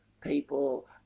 people